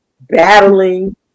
battling